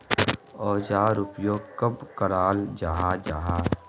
औजार उपयोग कब कराल जाहा जाहा?